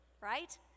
right